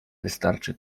wystarczy